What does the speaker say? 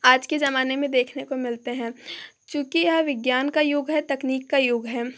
आज के जमाने में देखने को मिलते हैं चूँकि यह विज्ञान का युग है तकनीक का युग है